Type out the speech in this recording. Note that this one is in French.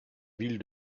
ville